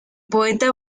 poeta